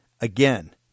Again